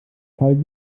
fall